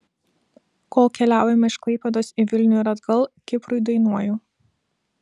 kol keliaujame iš klaipėdos į vilnių ir atgal kiprui dainuoju